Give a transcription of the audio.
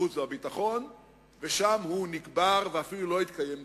החוץ והביטחון ושם נקבר, ואפילו לא התקיים דיון.